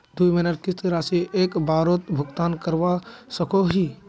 दुई महीनार किस्त राशि एक बारोत भुगतान करवा सकोहो ही?